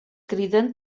criden